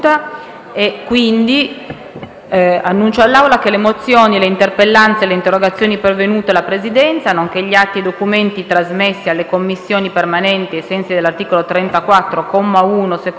nuova finestra"). Le mozioni, le interpellanze e le interrogazioni pervenute alla Presidenza, nonché gli atti e i documenti trasmessi alle Commissioni permanenti ai sensi dell'articolo 34, comma 1, secondo periodo, del Regolamento